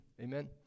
Amen